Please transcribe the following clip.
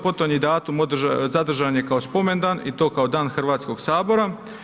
Potonji datum zadržan je kao spomendan i to kao Dan Hrvatskoga sabora.